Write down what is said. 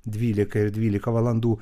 dvylika ir dvylika valandų